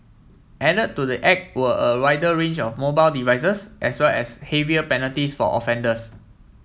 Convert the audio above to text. added to the act were a wider range of mobile devices as well as heavier penalties for offenders